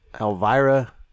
Elvira